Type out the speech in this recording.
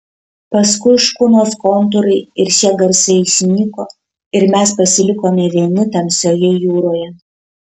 paskui škunos kontūrai ir šie garsai išnyko ir mes pasilikome vieni tamsioje jūroje